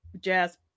jazz